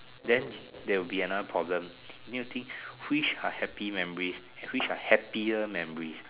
then there'll be another problem you need to think which are happy memories and which are happier memories